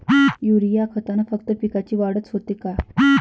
Urea खतानं फक्त पिकाची वाढच होते का?